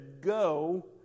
go